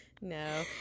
No